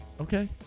Okay